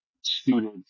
suited